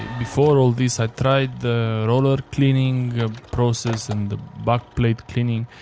before all this, i tried the roller cleaning process and the back-plate cleaning.